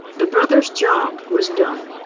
the brothers' job was done.